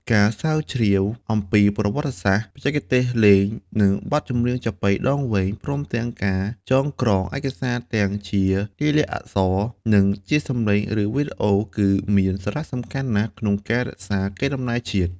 ការស្រាវជ្រាវអំពីប្រវត្តិសាស្រ្ត បច្ចេកទេសលេង និងបទចម្រៀងចាប៉ីដងវែង ព្រមទាំងការចងក្រងឯកសារទាំងជាលាយលក្ខណ៍អក្សរ និងជាសំឡេង ឬវីដេអូ គឺមានសារៈសំខាន់ណាស់ក្នុងការរក្សាកេរដំណែលជាតិ។